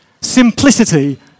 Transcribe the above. simplicity